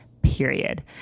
period